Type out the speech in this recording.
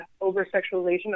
over-sexualization